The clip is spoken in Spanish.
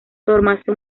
tomarse